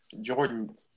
jordan